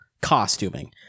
costuming